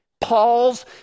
Paul's